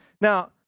Now